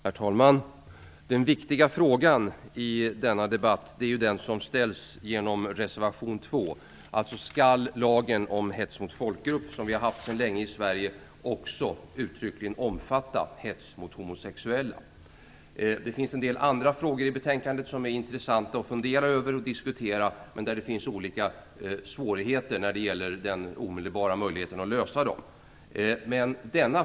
Herr talman! Den viktiga frågan i denna debatt är den som ställs genom reservation 2, alltså: Skall lagen om hets mot folkgrupp, som vi har sedan länge i Sverige, också uttryckligen omfatta hets mot homosexuella? Det finns en del andra frågor i betänkandet som är intressanta att fundera över och diskutera men kring vilka det finns olika svårigheter när det gäller den omedelbara möjligheten att hitta en lösning.